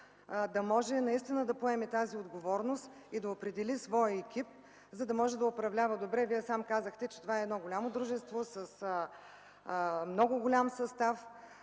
да може наистина да поеме тази отговорност и да определи своя екип, за да може да управлява добре. Вие сам казахте, че това е едно голямо дружество с много голям състав,